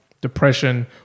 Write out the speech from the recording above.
depression